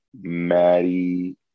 Maddie